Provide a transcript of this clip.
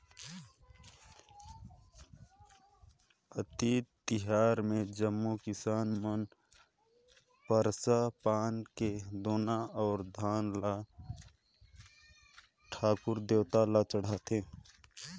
अक्ती तिहार मे जम्मो किसान मन परसा पान के दोना मे धान ल ठाकुर देवता ल चढ़ाथें